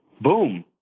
boom